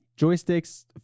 joysticks